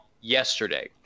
yesterday